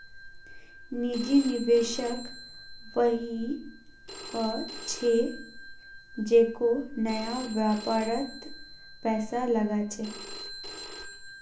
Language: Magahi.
निजी निवेशक वई ह छेक जेको नया व्यापारत पैसा लगा छेक